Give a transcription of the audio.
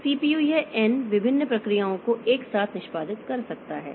तो सीपीयू यह एन विभिन्न प्रक्रियाओं को एक साथ निष्पादित कर सकता है